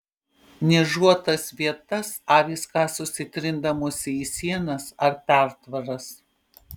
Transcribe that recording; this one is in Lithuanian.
niežuotas vietas avys kasosi trindamosi į sienas ar pertvaras